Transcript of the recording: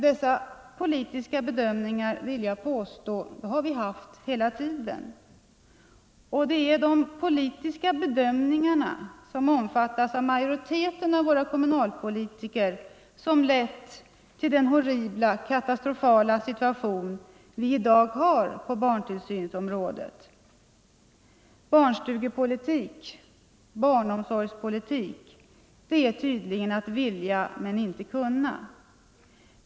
Dessa politiska bedömningar —- vill jag påstå — har vi haft hela tiden. Och det är de politiska bedömningarna som omfattas av majoriteten av våra kommunalpolitiker som lett till den horribla, katastrofala situation vi i dag har på barntillsynsområdet. Barnstugepolitik, barnomsorgspolitik är tydligen att vilja men inte kunna.